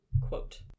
Quote